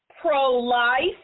pro-life